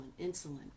insulin